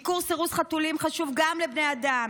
עיקור/סירוס חשוב גם לבני האדם,